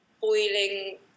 boiling